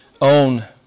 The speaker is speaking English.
own